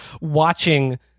watching